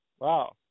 Wow